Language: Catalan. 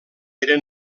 eren